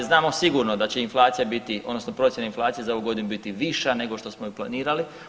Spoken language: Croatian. Znamo sigurno da će inflacija biti, odnosno procjena inflacije za ovu godinu biti viša nego što smo je planirali.